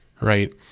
right